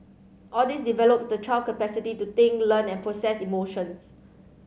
all this develops the child capacity to think learn and process emotions